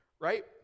Right